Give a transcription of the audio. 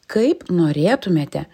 kaip norėtumėte